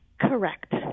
Correct